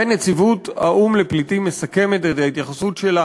ונציבות האו"ם לפליטים מסכמת את ההתייחסות שלה